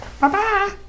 Bye-bye